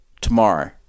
Tomorrow